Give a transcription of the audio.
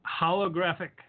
holographic